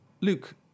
Luke